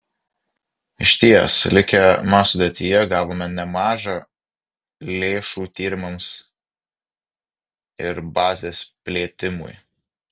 išties likę ma sudėtyje gavome nemaža lėšų tyrimams ir bazės plėtimui